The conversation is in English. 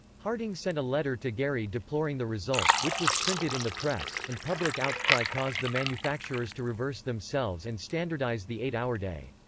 harding sent a letter to gary deploring the result, which was printed in the press, and public outcry caused the manufacturers to reverse themselves and standardize the eight-hour day.